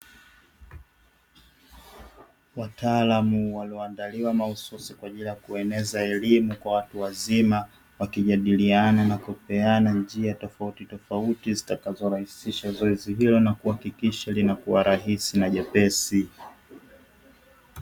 Wataalamu walio andaliwa mahususi, kwa ajili ya kueneza elimu kwa watu wazima. Wakijadiliana na kupeana njia tofauti tofauti, zitakazo rahisisha zoezi hilo na kuhakikisha linakuwa rahisi na jepesi.